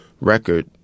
record